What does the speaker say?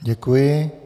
Děkuji.